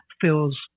feels